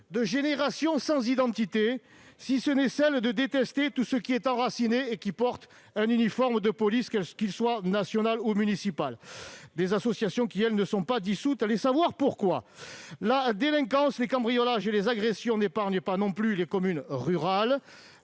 de génération sans identité, si ce n'est celle de détester tout ce qui est enraciné et qui porte un uniforme de police, qu'il soit national ou municipal. Ces associations, elles, ne sont pas dissoutes- allez savoir pourquoi ! La délinquance, les cambriolages et les agressions n'épargnent pas non plus les communes rurales.